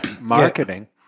marketing